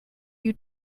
you